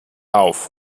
auf